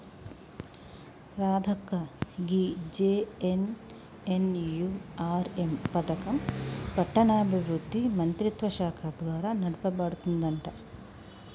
రాధక్క గీ జె.ఎన్.ఎన్.యు.ఆర్.ఎం పథకం పట్టణాభివృద్ధి మంత్రిత్వ శాఖ ద్వారా నడపబడుతుందంట